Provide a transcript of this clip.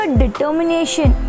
determination